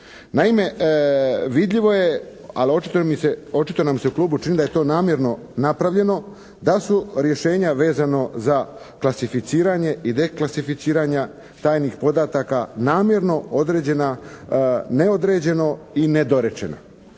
Naime, vidljivo je, ali očito nam se u klubu čini da je to namjerno napravljeno da su rješenja vezano za klasificiranje i deklasificiranja tajnih podataka namjerno određena neodređeno i nedorečeno.